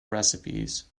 recipes